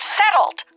settled